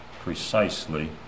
precisely